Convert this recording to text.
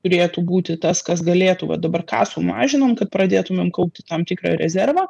turėtų būti tas kas galėtų va dabar ką sumažinom kad pradėtumėm kaupti tam tikrą rezervą